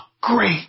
great